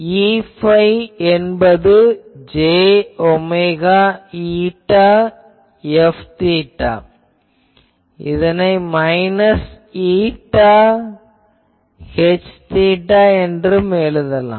Eϕ என்பது j omega η Fθ இதனை minus η Hθ என்று எழுதலாம்